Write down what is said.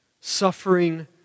suffering